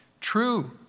True